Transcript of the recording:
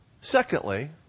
Secondly